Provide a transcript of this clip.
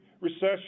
recession